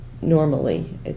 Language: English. normally